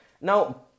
now